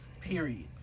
Period